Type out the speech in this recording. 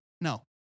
No